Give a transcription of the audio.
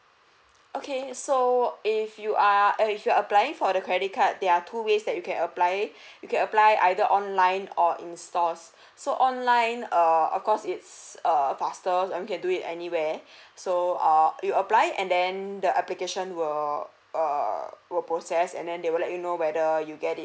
okay so if you are if you're applying for the credit card there are two ways that you can apply you can apply either online or in stores so online err of course it's err faster you can do it anywhere so err you apply and then the application will err we'll process and then they will let you know whether you get it